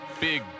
Big